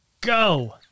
go